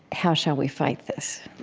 how shall we fight this?